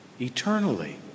Eternally